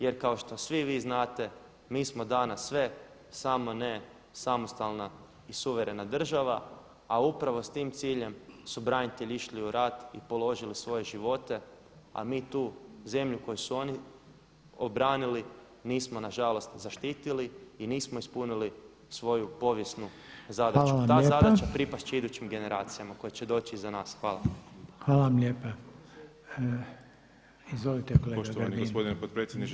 Jer kao što svi vi znate, mi smo danas sve samo ne samostalna i suverena država a upravo s tim ciljem su branitelji išli u rat i položili svoje živote, a mi tu zemlju koju su oni obranili nismo na žalost zaštitili i nismo ispunili svoju povijesnu zadaću [[Upadica Reiner: Hvala vam lijepa.]] Ta zadaća pripast će idućim generacijama koje će doći iza nas.